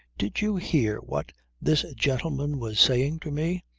did you hear what this gentleman was saying to me?